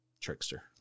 trickster